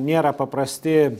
nėra paprasti